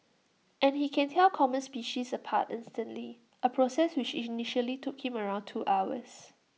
and he can tell common species apart instantly A process which initially took him around two hours